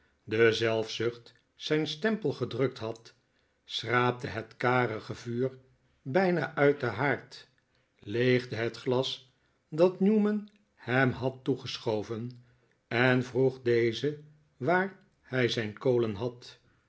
de zelfzucht zijn stempel gedrukt had schraapte het karige vuur bijna uit den haard leegde het glas dat newman hem had toegeschoven en vroeg dezen waar hij zijn kolen had